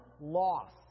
loss